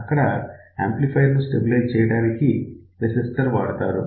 అక్కడ యాంప్లిఫయర్ ను స్టెబిలైజ్ చేయడానికి రెసిస్టెన్స్ వాడతారు